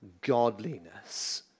godliness